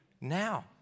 Now